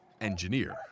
engineer